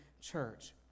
church